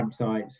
campsites